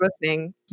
listening